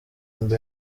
imbere